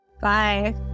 Bye